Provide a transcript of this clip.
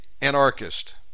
anarchist